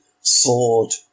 sword